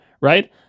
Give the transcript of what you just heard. right